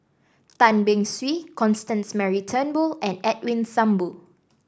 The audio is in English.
Tan Beng Swee Constance Mary Turnbull and Edwin Thumboo